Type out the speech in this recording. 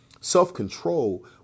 self-control